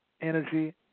energy